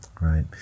Right